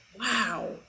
Wow